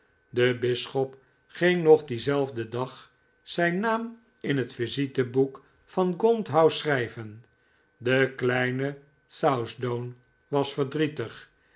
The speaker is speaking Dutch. de bisschop ging nog dienzelfden dag zijn naam in het visiteboek van gaunt house schrijven de kleine southdown was verdrietig